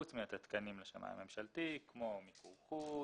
חוץ מהתקנים לשמאי הממשלתי כמו מיקור חוץ,